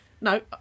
No